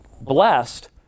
blessed